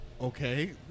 Okay